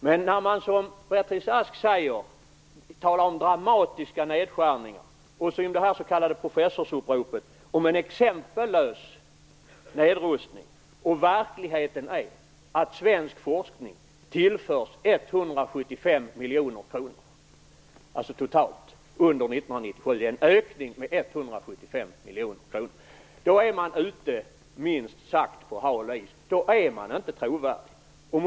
Men när man, som Beatrice Ask, talar om dramatiska nedskärningar och när man, som i det s.k. professorsuppropet, talar om en exempellös nedrustning samtidigt som verkligheten är att svensk forskning tillförs en ökning på totalt 175 miljoner kronor under 1997, då är man minst sagt ute på hal is. Då är man inte trovärdig.